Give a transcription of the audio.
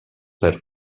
per